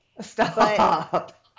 Stop